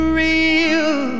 real